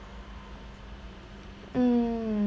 mm